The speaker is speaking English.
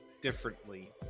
differently